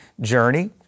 journey